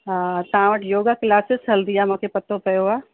हा तां वटि योगा क्लासिस हलंदी आहे मूंखे पतो पियो आहे